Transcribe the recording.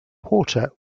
porter